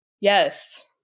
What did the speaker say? Yes